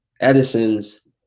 Edison's